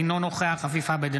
אינו נוכח עפיף עבד,